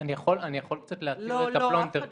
אני יכול קצת להתיר את הפלונטר כאן.